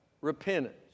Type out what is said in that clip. repentance